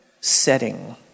setting